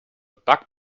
bug